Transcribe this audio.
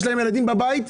יש להם ילדים בבית.